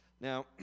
Now